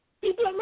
People